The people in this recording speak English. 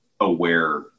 aware